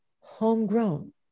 homegrown